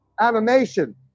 animation